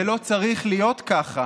זה לא צריך להיות ככה.